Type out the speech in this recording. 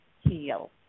heal